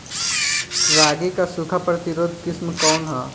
रागी क सूखा प्रतिरोधी किस्म कौन ह?